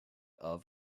about